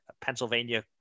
Pennsylvania